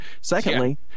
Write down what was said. secondly